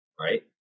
right